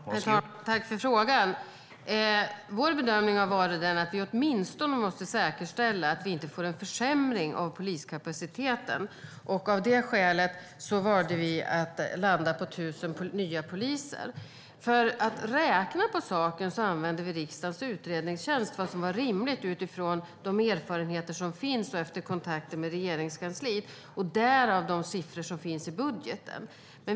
Herr talman! Tack för frågan, Kent Ekeroth! Vår bedömning har varit att vi åtminstone måste säkerställa att vi inte får en försämring av poliskapaciteten. Av det skälet valde vi att landa på 1 000 nya poliser. För att räkna på vad som är rimligt använde vi riksdagens utredningstjänst och utgick från erfarenheter och kontakter med Regeringskansliet. Därav kommer siffrorna i budgeten.